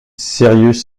cyrus